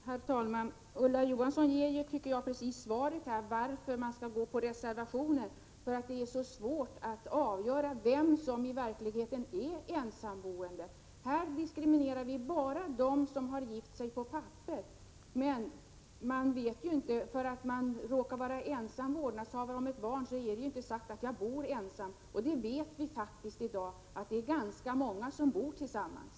Herr talman! Ulla Johansson ger här svaret, varför man bör följa reservationen: det är så svårt att avgöra vem som i verkligheten är ensamboende. Här diskriminerar vi bara dem som har gift sig på papperet, men bara för att jag råkar vara ensam vårdnadshavare av ett barn är det inte säkert att jag bor ensam. Vi vet ju alla att det i dag faktiskt är många som bor tillsammans.